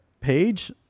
Page